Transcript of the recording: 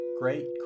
Great